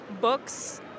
books